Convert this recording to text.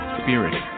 spirit